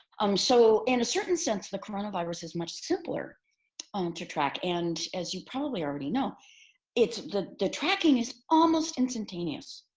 um so in a certain sense the coronavirus is much simpler to track and as you probably already know the the tracking is almost instantaneous.